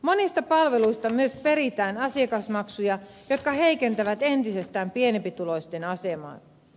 monista palveluista myös peritään asiakasmaksuja jotka heikentävät entisestään pienempituloisten asemaa